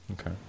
Okay